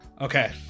Okay